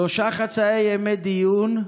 שלושה חצאי ימי דיון,